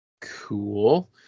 cool